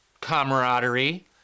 camaraderie